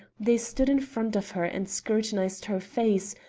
they stood in front of her and scrutinized her face,